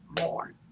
more